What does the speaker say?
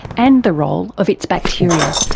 and the role of its bacteria.